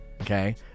Okay